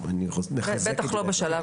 בטח לא בשלב הזה.